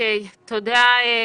תודה רבה.